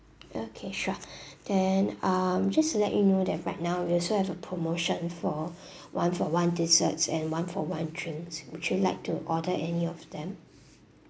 okay sure then um just to you know that right now we also have a promotion for one for one desserts and one for one drinks would you like to order any of them